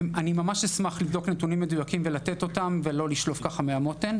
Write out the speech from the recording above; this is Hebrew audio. אני אשמח לבדוק נתונים מדויקים ולתת אותם ולא לשלוף מהמותן.